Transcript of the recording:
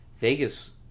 Vegas